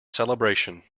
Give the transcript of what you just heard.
celebration